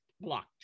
blocked